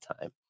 time